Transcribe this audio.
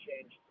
change